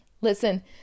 Listen